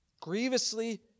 grievously